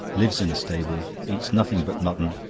lives in a stable, eats nothing but mutton,